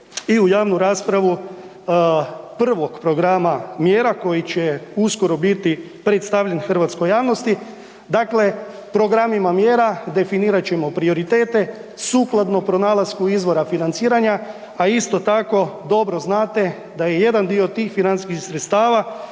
i u javnu raspravu prvog programa mjera koji će uskoro biti predstavljen hrvatskoj javnosti, dakle programima mjera definirat ćemo prioritete sukladno pronalasku izvora financiranja, a isto tako dobro znate da je jedan dio tih financijskih sredstava